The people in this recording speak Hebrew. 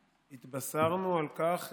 התבשרנו על כך,